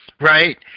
Right